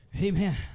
Amen